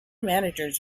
managers